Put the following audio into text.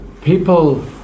people